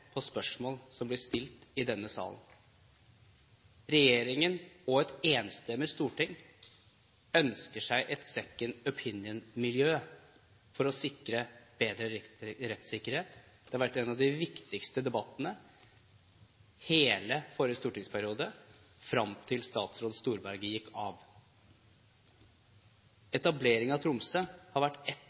på spørsmål som blir stilt i denne sal. Regjeringen og et enstemmig storting ønsker seg et «second opinion»-miljø for å sikre bedre rettssikkerhet. Det har vært en av de viktigste debattene hele forrige stortingsperiode fram til statsråd Storberget gikk av. Etablering av Tromsø har vært et